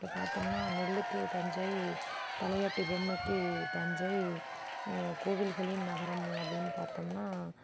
இப்போ பார்த்தோம்னா நெல்லுக்குத் தஞ்சை தலையாட்டி பொம்மைக்கு தஞ்சை கோவில்களின் நகரமும் அப்படின்னு பார்த்தோம்னா